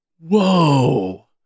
Whoa